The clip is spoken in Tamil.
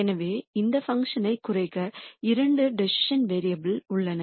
எனவே இந்த பங்க்ஷன் ஐக் குறைக்க இரண்டு டிசிசன் வேரியபுல்கள் உள்ளன